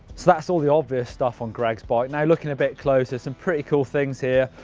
so that's all the obvious stuff on greg's bike. now looking a bit closer, some pretty cool things here.